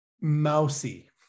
mousy